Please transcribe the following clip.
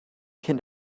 cyn